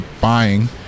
buying